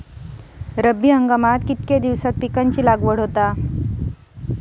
रब्बी हंगामात किती दिवसांत पिकांची लागवड होते?